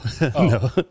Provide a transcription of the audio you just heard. no